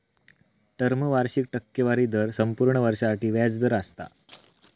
term वार्षिक टक्केवारी दर संपूर्ण वर्षासाठी व्याज दर असता